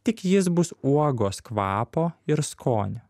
tik jis bus uogos kvapo ir skonio